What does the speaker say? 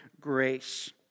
grace